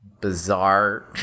Bizarre